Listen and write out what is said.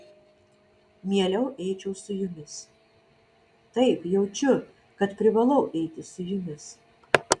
mieliau eičiau su jumis taip jaučiu kad privalau eiti su jumis